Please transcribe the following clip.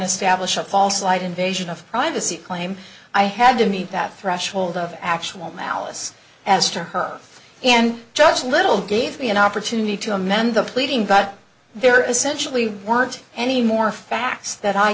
a false light invasion of privacy claim i had to meet that threshold of actual malice as to her and judge little gave me an opportunity to amend the pleading but they're essentially weren't any more facts that i